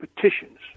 petitions